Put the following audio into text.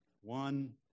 One